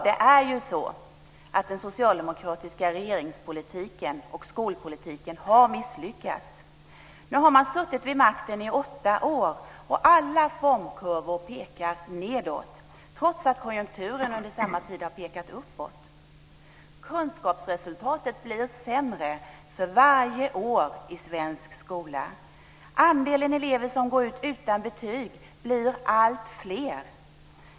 Det är ju så att den socialdemokratiska regeringspolitiken och skolpolitiken har misslyckats. Nu har man suttit vid makten i åtta år, och alla formkurvor pekar nedåt, trots att konjunkturen under samma tid har pekat uppåt. Kunskapsresultatet blir sämre för varje år i svensk skola. Andelen elever som går ut utan betyg blir allt större.